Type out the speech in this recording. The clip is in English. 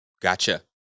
Gotcha